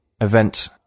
event